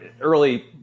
early